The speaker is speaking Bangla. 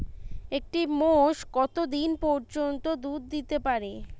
একটি মোষ কত দিন পর্যন্ত দুধ দিতে পারে?